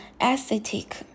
aesthetic